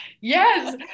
Yes